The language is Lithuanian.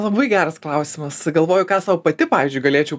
labai geras klausimas galvoju ką sau pati pavyzdžiui galėčiau